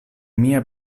mia